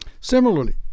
Similarly